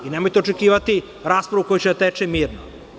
Nemojte očekivati raspravu koja će da teče mirno.